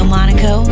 Monaco